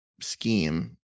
scheme